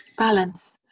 balance